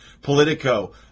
Politico